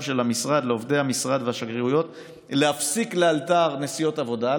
של המשרד לעובדי המשרד והשגרירויות להפסיק לאלתר נסיעות עבודה,